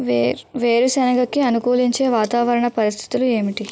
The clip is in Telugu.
వేరుసెనగ కి అనుకూలించే వాతావరణ పరిస్థితులు ఏమిటి?